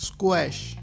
Squash